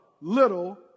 little